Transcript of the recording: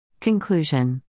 Conclusion